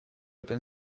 open